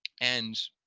and